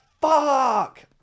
Fuck